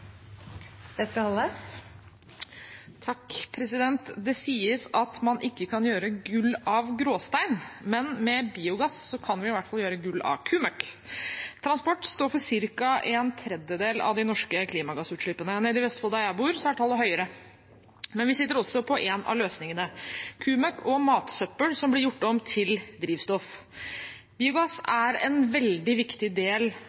Det sies at man ikke kan gjøre gull av gråstein, men med biogass kan man i hvert fall gjøre gull av kumøkk. Transport står for ca. en tredjedel av de norske klimagassutslippene. I Vestfold, der jeg bor, er tallet høyere, men vi sitter også på en av løsningene – kumøkk og matsøppel som blir gjort om til drivstoff. Biogass er en veldig viktig del